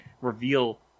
reveal